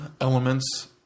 elements